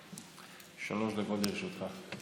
שלוש דקות לרשותך.